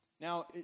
Now